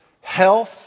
health